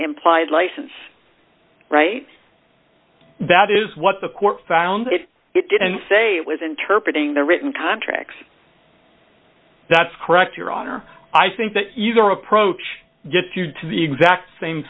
implied license right that is what the court found that it didn't say it was interpreted in the written contracts that's correct your honor i think that either approach gets you to the exact same